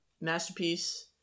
masterpiece